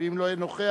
ואם לא יהיה נוכח,